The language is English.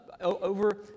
over